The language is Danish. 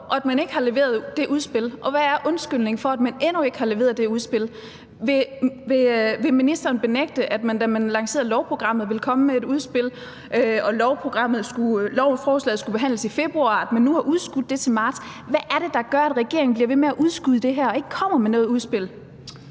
og at man ikke har leveret det udspil? Og hvad er undskyldningen for, at man endnu ikke har leveret det udspil? Vil ministeren benægte, at man, da man lancerede lovprogrammet, ville komme med et udspil, og at lovforslaget skulle behandles i februar, og at man nu har udskudt det til marts? Hvad er det, der gør, at regeringen bliver ved med at udskyde det her og ikke kommer med noget udspil?